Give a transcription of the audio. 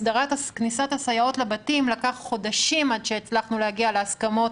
הסדרת כניסת הסייעות לבתים לקח חודשים עד שהצלחנו להגיע להסכמות